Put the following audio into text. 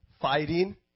fighting